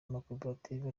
amakoperative